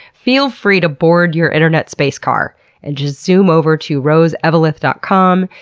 feel free to board your internet space car and just zoom over to roseeveleth dot com.